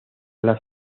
las